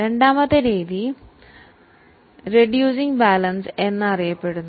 രണ്ടാമത്തേതു reduced balance രീതി